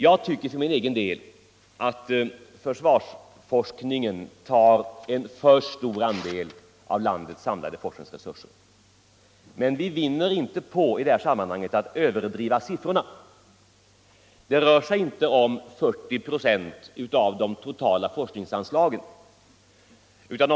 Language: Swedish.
Jag tycker för min egen del att försvarsforskningen tar en för stor andel av landets samlade forskningsresurser. Men vi vinner i detta sammanhang inte på att överdriva siffrorna. Det rör sig inte om 40 procent av de totala forskningsanslagen.